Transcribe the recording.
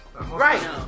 Right